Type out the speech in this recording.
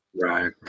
Right